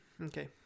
Okay